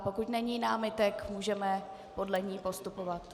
Pokud není námitek, můžeme podle ní postupovat.